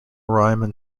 riemann